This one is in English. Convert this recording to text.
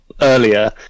earlier